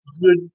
good